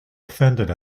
offended